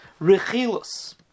Rechilus